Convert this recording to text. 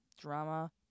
drama